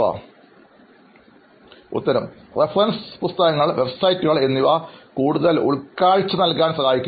അഭിമുഖംസ്വീകരിക്കുന്നയാൾ reference പുസ്തകങ്ങൾ വെബ്സൈറ്റുകൾ എന്നിവ കൂടുതൽ ഉൾക്കാഴ്ച നൽകാൻ സഹായിക്കുന്നു